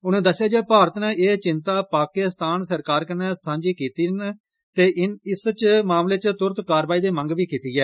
उनें दस्सेआ जे भारत नै एह् चिंता पाकिस्तान सरकार कन्नै सांझियां कीतियां न ते कन्नै इस मामले च तुरंत कारवाई दी मंग कीती ऐ